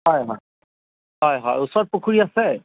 হয় হয় হয় হয় ওচৰত পুখুৰী আছে